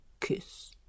kiss